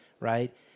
right